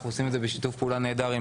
אנחנו עושים את זה בשיתוף פעולה נהדר עם